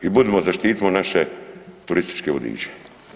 I budimo, zaštitimo naše turističke vodiče.